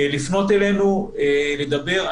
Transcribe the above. לפנות אלינו, לדבר.